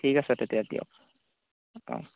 ঠিক আছে তেতিয়াহ'লে দিয়ক অ